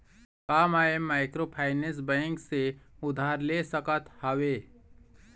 का मैं microfinance bank से उधार ले सकत हावे?